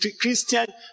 Christian